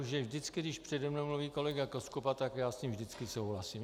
Že vždycky, když přede mnou mluví kolega Koskuba, tak já s ním vždycky souhlasím.